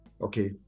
Okay